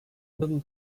little